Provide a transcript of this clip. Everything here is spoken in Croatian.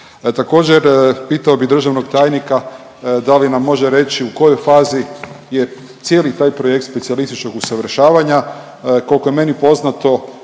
Također pitao bi državnog tajnika, da li nam može reći u kojoj fazi je cijeli taj projekt specijalističkog usavršavanja? Koliko je meni poznato